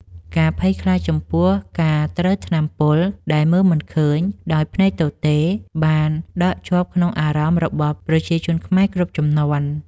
ការភ័យខ្លាចចំពោះការត្រូវថ្នាំបំពុលដែលមើលមិនឃើញដោយភ្នែកទទេបានដក់ជាប់ក្នុងអារម្មណ៍របស់ប្រជាជនខ្មែរគ្រប់ជំនាន់។